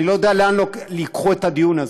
אני לא יודע לאן ייקחו את הדיון הזה: